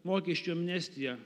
mokesčių amnestija